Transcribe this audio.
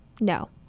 No